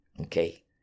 Okay